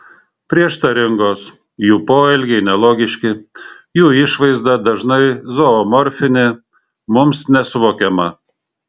prieštaringos jų poelgiai nelogiški jų išvaizda dažnai zoomorfinė mums nesuvokiama